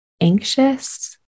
anxious